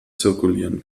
zirkulieren